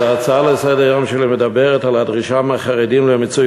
אז ההצעה לסדר-היום שלי מדברת על הדרישה מהחרדים למיצוי